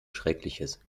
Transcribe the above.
schreckliches